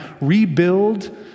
rebuild